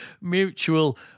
mutual